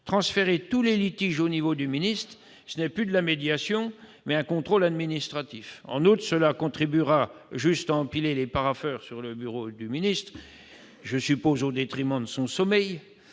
transférer tous les litiges au niveau du ministre, ce n'est plus de la médiation, mais un contrôle administratif. En outre, cela contribuera à empiler les parapheurs sur le bureau du ministre, au détriment de son sommeil